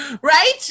Right